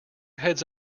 heads